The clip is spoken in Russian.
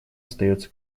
остается